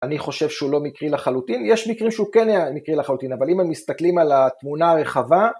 אני חושב שהוא לא מקרי לחלוטין, יש מקרים שהוא כן היה מקרי לחלוטין, אבל אם הם מסתכלים על התמונה הרחבה